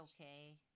okay